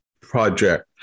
project